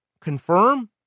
confirm